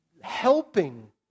helping